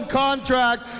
contract